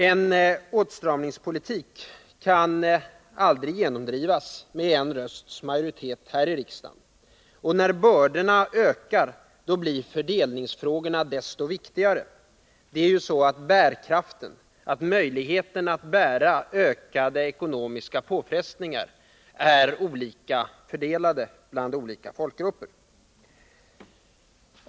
En åtstramningspolitik kan aldrig genomdrivas med en rösts majoritet här i riksdagen. När bördorna ökar blir fördelningsfrågorna desto viktigare. Bärkraften, förmågan att bära ökade ekonomiska påfrestningar, är ju olika fördelad mellan olika folkgrupper.